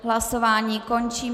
Hlasování končím.